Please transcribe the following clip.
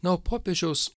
na o popiežiaus